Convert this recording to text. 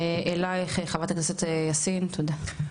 אלייך חברת הכנסת יאסין, תודה.